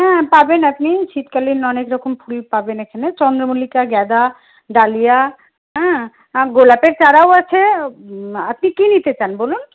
হ্যাঁ পাবেন আপনি শীতকালীন অনেক রকম ফুলই পাবেন এখানে চন্দ্রমলিকা গাঁদা ডালিয়া হ্যাঁ আর গোলাপের চারাও আছে আপনি কি নিতে চান বলুন